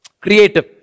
creative